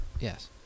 Yes